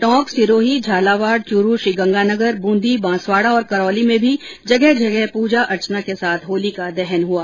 टोंक सिरोही झालावाड़ च्रू श्रीगंगानगर बूंदी बांसवाड़ा और करौली में भी जगह जगह पूजा अर्चना के साथ होली का दहन हुआ